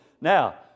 Now